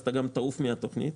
אתה גם תעוף מהתוכנית.